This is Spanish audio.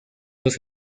los